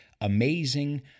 amazing